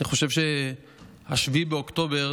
אני חושב ש-7 באוקטובר